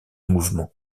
mouvements